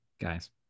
guys